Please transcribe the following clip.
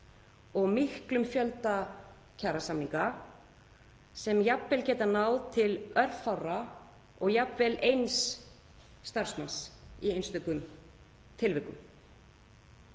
og miklum fjölda kjarasamninga sem jafnvel geta náð til örfárra og jafnvel eins starfsmanns í einstökum tilvikum.